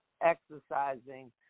exercising